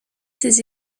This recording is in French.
ses